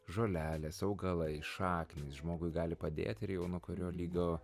žolelės augalai šaknys žmogui gali padėti ir jau nuo kurio lygio